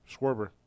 Schwarber